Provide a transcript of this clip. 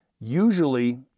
usually